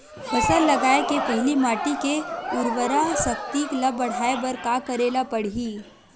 फसल लगाय के पहिली माटी के उरवरा शक्ति ल बढ़ाय बर का करेला पढ़ही?